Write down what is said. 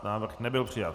Návrh nebyl přijat.